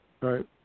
right